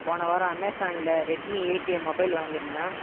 நான் போன வாரம் அமேசான்ல ரெட்மி எய்ட் டிஎம் மொபைல் வாங்கியிருந்தேன்